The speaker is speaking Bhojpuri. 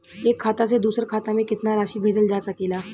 एक खाता से दूसर खाता में केतना राशि भेजल जा सके ला?